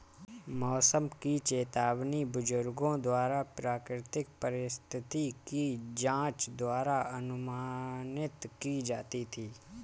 मौसम की चेतावनी बुजुर्गों द्वारा प्राकृतिक परिस्थिति की जांच द्वारा अनुमानित की जाती थी